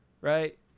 right